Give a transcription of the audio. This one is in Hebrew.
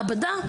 מעבדה,